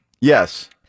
Yes